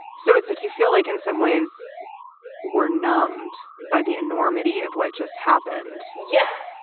so it's like you feel like in some ways we're numbed by the enormity of what just happened yeah.